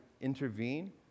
intervene